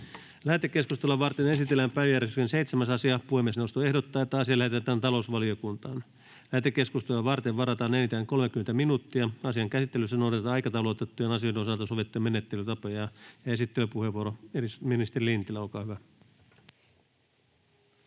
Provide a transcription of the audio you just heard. Lähetekeskustelua varten esitellään päiväjärjestyksen 7. asia. Puhemiesneuvosto ehdottaa, että asia lähetetään talousvaliokuntaan. Lähetekeskustelua varten varataan enintään 30 minuuttia. Asian käsittelyssä noudatetaan aikataulutettujen asioiden osalta sovittuja menettelytapoja. — Esittelypuheenvuoro, ministeri Lintilä, olkaa hyvä.